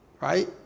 right